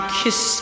kiss